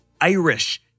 Irish